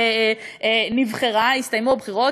הסתיימו הבחירות,